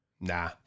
Nah